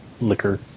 liquor